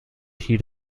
heed